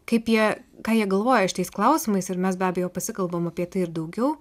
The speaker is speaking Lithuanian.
kaip jie ką jie galvoja šitais klausimais ir mes be abejo pasikalbam apie tai ir daugiau